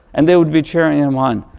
and they would be cheering him on.